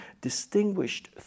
distinguished